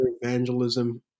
evangelism